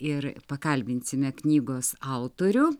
ir pakalbinsime knygos autorių